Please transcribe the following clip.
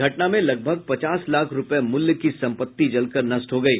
घटना में लगभग पचास लाख रूपये मूल्य की संपत्ति जलकर नष्ट हो गयी